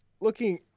looking